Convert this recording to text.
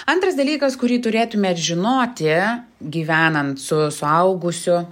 antras dalykas kurį turėtumėt žinoti gyvenant su suaugusiu